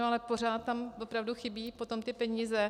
Ale pořád tam opravdu chybí potom ty peníze.